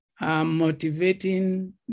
motivating